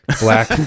black